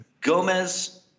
Gomez